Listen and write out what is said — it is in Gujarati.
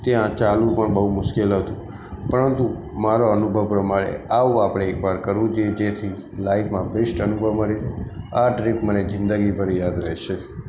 ત્યાં ચાલવું પણ બહુ મુશ્કેલ હતું પરંતુ મારા અનુભવ પ્રમાણે આવું આપણે એક વાર કરવું જ જોઈએ જેથી લાઈફમાં બૅસ્ટ અનુભવ મળે આ ટ્રીપ મને જિંદગીભર યાદ રહેશે